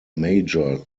major